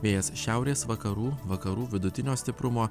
vėjas šiaurės vakarų vakarų vidutinio stiprumo